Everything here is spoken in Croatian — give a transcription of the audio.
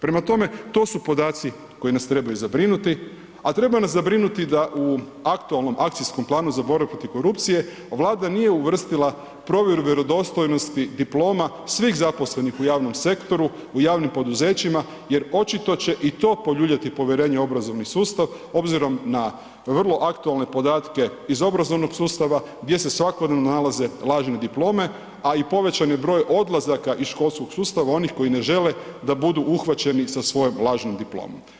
Prema tome, to su podaci koji nas trebaju zabrinuti, a treba nas zabrinuti da u aktualnom akcijskom planu za borbu protiv korupcije Vlada nije uvrstila provjeru vjerodostojnosti diploma svih zaposlenih u javnom sektoru, u javnim poduzećima jer očito će i to poljuljati povjerenje u obrazovni sustav obzirom na vrlo aktualne podatke iz obrazovnog sustava gdje se svakodnevno nalaze lažne diplome, a povećan je i broj odlazaka iz školskog sustava onih koji ne žele da budu uhvaćeni sa svojom lažnom diplomom.